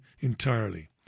Entirely